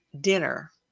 dinner